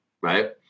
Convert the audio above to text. Right